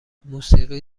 موسیقی